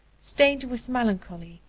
stained with melancholy,